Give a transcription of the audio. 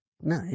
No